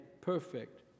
perfect